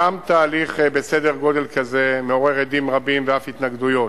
גם תהליך בסדר גודל כזה מעורר הדים רבים ואף התנגדויות.